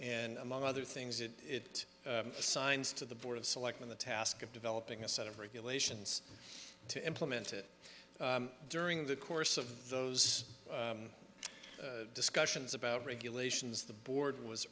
and among other things it it assigns to the board of selectmen the task of developing a set of regulations to implement it during the course of those discussions about regulations the board was